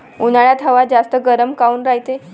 उन्हाळ्यात हवा जास्त गरम काऊन रायते?